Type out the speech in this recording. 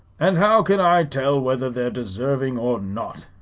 and how can i tell whether they're desarving or not?